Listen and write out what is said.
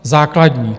Základní!